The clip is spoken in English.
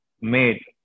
made